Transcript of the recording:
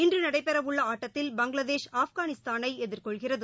இன்று நடைபறவுள்ள ஆட்டத்தில் பங்களாதேஷ் ஆப்கானிஸ்தானை எதிர்கொள்கிறது